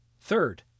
Third